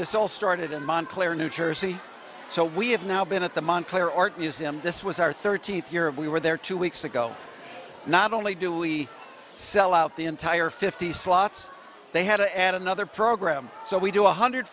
this all started in montclair new jersey so we have now been at the montclair art museum this was our thirteenth year of we were there two weeks ago not only do we sell out the entire fifty slots they had to add another program so we do one hundred